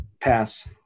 Pass